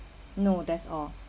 no that's all